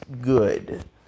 good